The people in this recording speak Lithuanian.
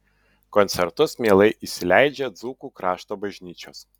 koncertus mielai įsileidžia dzūkų krašto bažnyčios